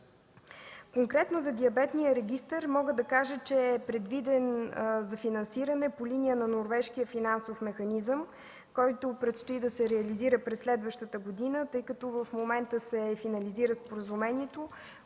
Конкретно за диабетния регистър мога да кажа, че е предвиден за финансиране по линия на Норвежкия финансов механизъм, който предстои да се реализира през следващата година, тъй като в момента се финализира споразумението,